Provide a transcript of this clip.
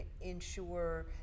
ensure